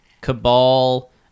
Cabal